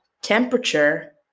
Temperature